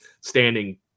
standing